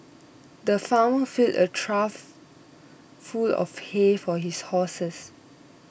the farmer filled a trough full of hay for his horses